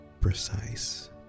precise